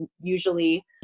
usually